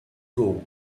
考入